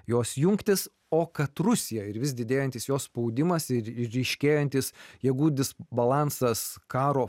jos jungtis o kad rusija ir vis didėjantis jos spaudimas ir ryškėjantis jėgų disbalansas karo